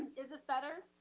is this better?